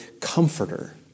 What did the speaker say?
comforter